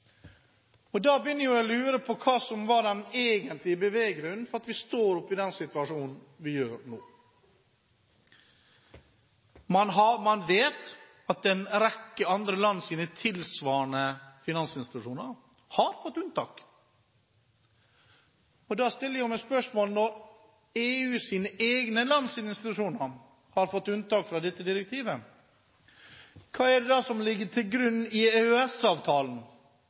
prosessen. Da begynner jeg å lure på hva som var den egentlige beveggrunnen til at vi står i den situasjonen vi gjør nå. Man vet at en rekke andre lands tilsvarende finansinstitusjoner har fått unntak. Da stiller jeg meg spørsmålet: Når EUs egne lands institusjoner har fått unntak fra dette direktivet, hva er det da som ligger til grunn i